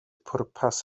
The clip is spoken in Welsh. pwrpas